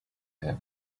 him